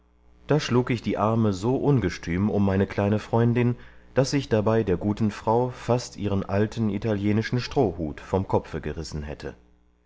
da schlug ich die arme so ungestüm um meine kleine freundin daß ich dabei der guten frau fast ihren alten italienischen strohhut vom kopfe gerissen hätte